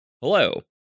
Hello